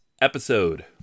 episode